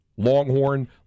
Longhorn